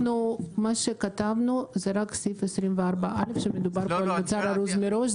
מה שכתבנו זה רק את סעיף 24(א) שמדובר פה על מוצר ארוז מראש,